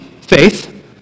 faith